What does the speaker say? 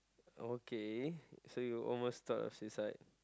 okay so you almost thought of suicide